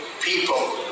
people